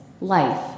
life